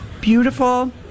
beautiful